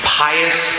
pious